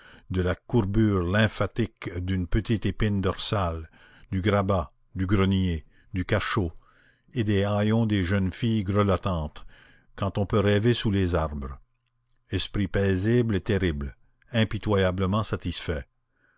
de la courbure lymphatique d'une petite épine dorsale du grabat du grenier du cachot et des haillons des jeunes filles grelottantes quand on peut rêver sous les arbres esprits paisibles et terribles impitoyablement satisfaits